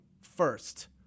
first